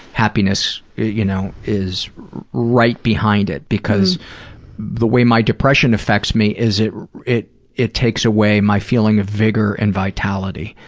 happiness, you know, is right behind it, because the way my depression affects me is it it takes away my feeling of vigor and vitality.